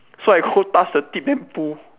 so I go touch the tip then pull